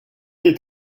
est